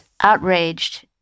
outraged